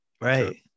Right